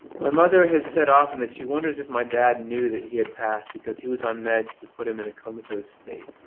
my mother has said often that she wonders if my dad knew that he had passed because he was on meds to put him in a comatose state.